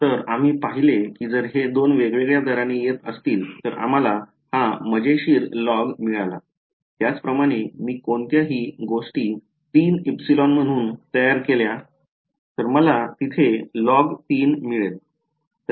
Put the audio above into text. तर आम्ही पाहिले की जर हे 2 वेगवेगळ्या दराने येत असतील तर तुम्हाला हा मजेशीर लॉग मिळाला त्याचप्रमाणे मी कोणत्याही गोष्टी 3εम्हणून तयार केल्या तर मला तिथे लॉग 3 मिळेल